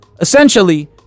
essentially